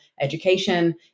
education